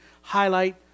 highlight